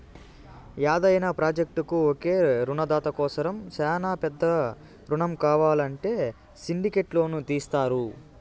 యాదైన ప్రాజెక్టుకు ఒకే రునదాత కోసరం శానా పెద్ద రునం కావాలంటే సిండికేట్ లోను తీస్తారు